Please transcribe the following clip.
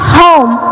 home